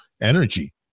energy